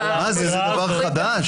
זה דבר חדש?